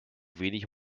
wenig